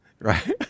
Right